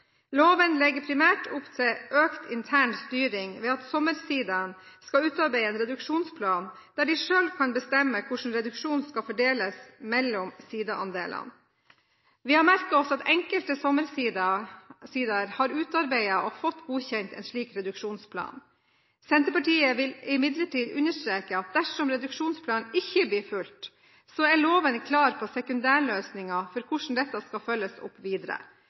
Loven legger primært opp til økt intern styring ved at sommersidaen skal utarbeide en reduksjonsplan der den selv kan bestemme hvordan reduksjonen skal fordeles mellom sidaandelene. Vi har merket oss at enkelte sommersidaer har utarbeidet og fått godkjent en slik reduksjonsplan. Senterpartiet vil imidlertid understreke at dersom reduksjonsplanen ikke blir fulgt, er loven klar på sekundærløsningen for hvordan dette skal følges opp videre.